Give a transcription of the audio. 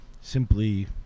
simply